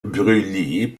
brûlis